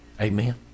Amen